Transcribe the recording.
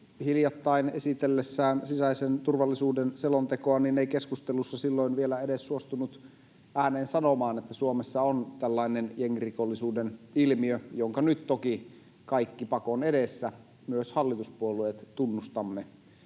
hiljattain esitellessään sisäisen turvallisuuden selontekoa ei keskustelussa vielä edes suostunut ääneen sanomaan, että Suomessa on tällainen jengirikollisuuden ilmiö, jonka nyt toki pakon edessä kaikki, myös hallituspuolueet, tunnustavat.